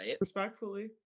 Respectfully